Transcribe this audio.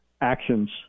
actions